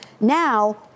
Now